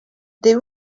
they